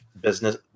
business